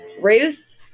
Ruth